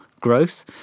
growth